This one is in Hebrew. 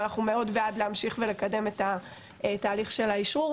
אנחנו מאוד בעד להמשיך לקדם את תהליך האישרור.